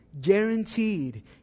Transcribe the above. Guaranteed